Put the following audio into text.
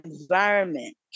environment